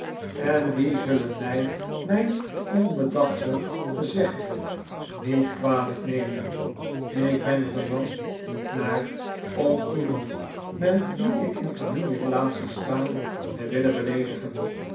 en die zullen mij mijn oribedachte gezegde niet kwalijk nemeaa ik ben er de man niet naar om iemand met wien ik in familierelatie sta te willen beleedigen